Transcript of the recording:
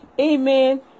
Amen